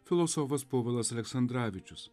filosofas povilas aleksandravičius